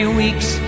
weeks